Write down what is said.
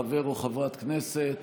חבר או חברת כנסת